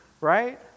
Right